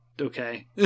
okay